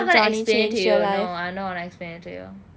I'm not going to explain to you no I don't want to explain it to you